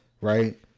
right